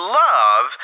love